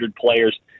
players